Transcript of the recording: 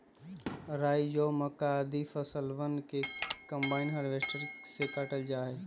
राई, जौ, मक्का, आदि फसलवन के कम्बाइन हार्वेसटर से काटल जा हई